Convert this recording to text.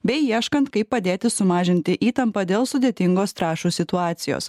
bei ieškant kaip padėti sumažinti įtampą dėl sudėtingos trąšų situacijos